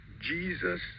Jesus